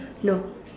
no